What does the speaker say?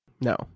No